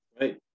Right